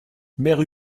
mère